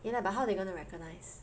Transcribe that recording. yeah lah but how they going to recognize